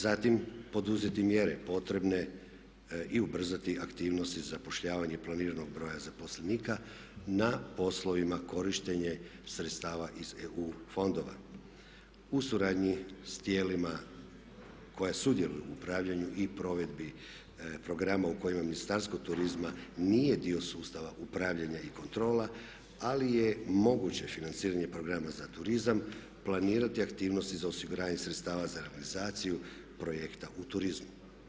Zatim, poduzeti mjere potrebne i ubrzati aktivnosti za zapošljavanje planiranog broja zaposlenika na poslovima korištenja sredstava iz EU fondova u suradnji s tijelima koja sudjeluju u upravljanju i provedbi programa u kojima Ministarstvo turizma nije dio sustava upravljanja i kontrola ali je moguće financiranje programa za turizam, planirati aktivnosti za osiguranje sredstava za realizaciju projekta u turizmu.